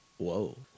Whoa